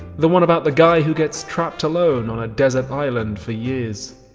the one about the guy who gets trapped alone on a desert island for years.